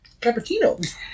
Cappuccino